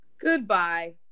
goodbye